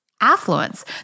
affluence